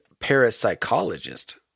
parapsychologist